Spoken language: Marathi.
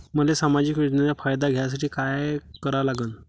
मले सामाजिक योजनेचा फायदा घ्यासाठी काय करा लागन?